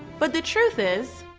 but the truth is,